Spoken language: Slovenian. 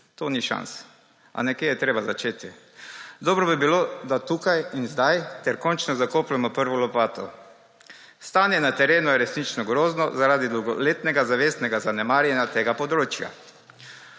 To ni šans, a nekje je treba začeti. Dobro bi bilo, da tukaj in zdaj ter končno zakopljemo prvo lopato. Stanje na terenu je resnično grozno zaradi dolgoletnega zavestnega zanemarjanja tega področja.